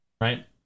Right